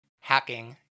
hacking